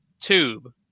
tube